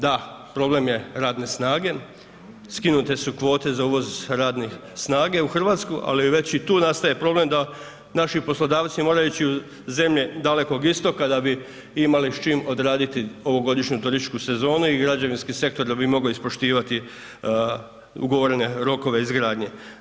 Da, problem je radne snage, skinute su kvote za uvoz radne snage u RH, ali već i tu nastaje problem da naši poslodavci moraju ići u zemlje dalekog istoka da bi imali s čim odraditi ovogodišnju turističku sezonu i građevinski sektor da bi mogo ispoštivati ugovorene rokove izgradnje.